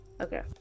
okay